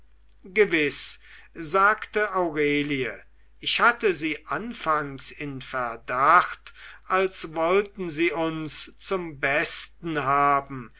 gewiß sagte aurelie ich hatte sie anfangs in verdacht als wollten sie uns zum besten haben